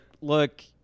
Look